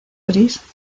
gris